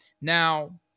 Now